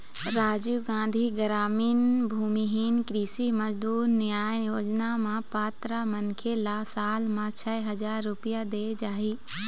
राजीव गांधी गरामीन भूमिहीन कृषि मजदूर न्याय योजना म पात्र मनखे ल साल म छै हजार रूपिया देय जाही